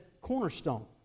Cornerstone